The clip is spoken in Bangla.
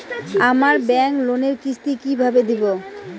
আমার ব্যাংক লোনের কিস্তি কি কিভাবে দেবো?